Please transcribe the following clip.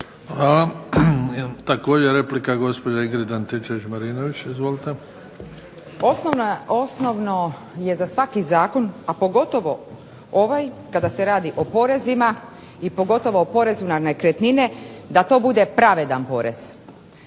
može biti ludilo na kvadrat. **Antičević Marinović, Ingrid (SDP)** Osnovno je za svaki zakon, a pogotovo ovaj kada se radi o porezima i pogotovo o porezu na nekretnine da to bude pravedan porez.